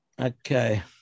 Okay